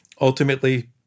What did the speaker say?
ultimately –